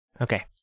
Okay